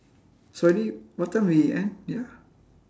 sorry what time we end ya